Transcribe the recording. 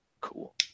Cool